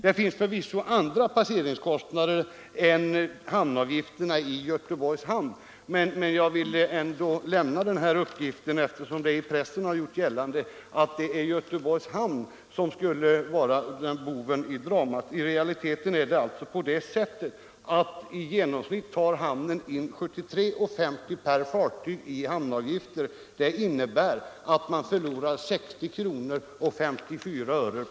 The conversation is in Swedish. Det finns förvisso andra passeringskostnader än hamnavgifterna i Göteborgs hamn, men jag ville lämna den här uppgiften eftersom det, som sagt, i pressen har gjorts gällande att det är Göteborgs hamn som är boven i dramat. I realiteten är det alltså på det sättet att Göteborgs hamn i genomsnitt tar in 73:50 kr. per fartyg i hamnavgifter och därmed förlorar 60:54 kr.